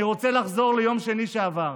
אני רוצה לחזור ליום שני שעבר,